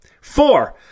Four